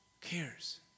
cares